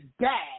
dad